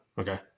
okay